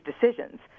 decisions